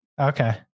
Okay